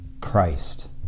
Christ